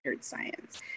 science